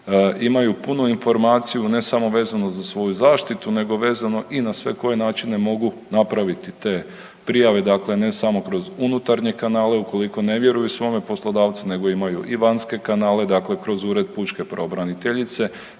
imaju punu informaciju ne samo vezanu za svoju zaštitu, nego vezano i sve na koje načine mogu napraviti te prijave, dakle ne samo kroz unutarnje kanale ukoliko ne vjeruju svome poslodavcu nego imaju i vanjske kanale. Dakle, kroz Ured pučke pravobraniteljice,